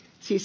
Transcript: siis